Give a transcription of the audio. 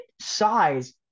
size